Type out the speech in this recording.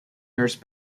nurse